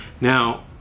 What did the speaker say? Now